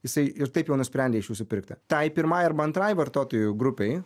jisai ir taip jau nusprendė iš jūsų pirkti tai pirmai arba antrai vartotojų grupei